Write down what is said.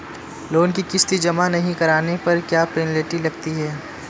Loan की किश्त जमा नहीं कराने पर क्या पेनल्टी लगती है?